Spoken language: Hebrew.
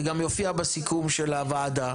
זה גם יופיע בסיכום של הוועדה,